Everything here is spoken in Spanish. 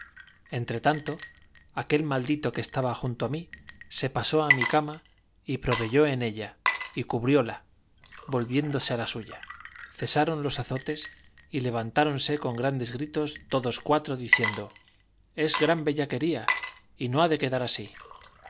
entre tanto aquel maldito que estaba junto a mí se pasó a mi cama y proveyó en ella y cubrióla volviéndose a la suya cesaron los azotes y levantáronse con grandes gritos todos cuatro diciendo es gran bellaquería y no ha de quedar así